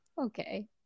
Okay